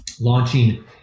launching